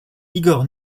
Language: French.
igor